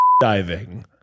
diving